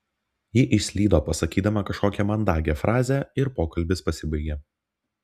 ji išslydo pasakydama kažkokią mandagią frazę ir pokalbis pasibaigė